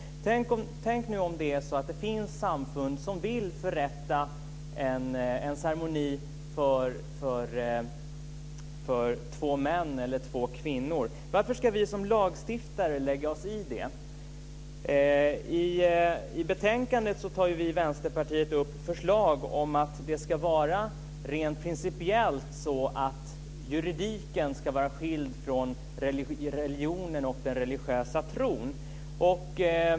Tänk om det nu finns samfund som vill förrätta en ceremoni för två män eller två kvinnor. Varför ska vi som lagstiftare lägga oss i det? I betänkandet tar vi i Vänsterpartiet upp förslag om att det ska vara rent principiellt så att juridiken ska vara skild från religionen och den religiösa tron.